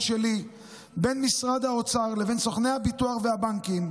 בין משרד האוצר לבין סוכני הביטוח והבנקים,